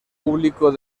público